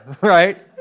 right